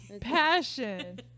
Passion